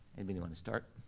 anybody wanna start?